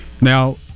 Now